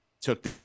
took